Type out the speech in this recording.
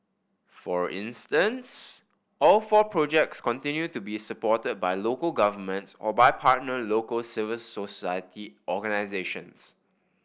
for instance all four projects continue to be supported by local governments or by partner local civil society organisations